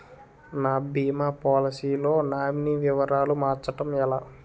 నా భీమా పోలసీ లో నామినీ వివరాలు మార్చటం ఎలా?